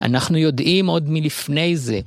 אנחנו יודעים עוד מלפני זה.